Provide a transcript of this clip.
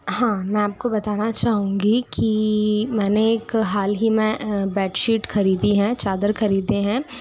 हाँ मैं आपको बताना चाहूँगी कि मैंने एक हाल ही में बेडशीट ख़रीदी है चादर ख़रीदे हैं